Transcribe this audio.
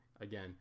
again